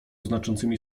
znaczącymi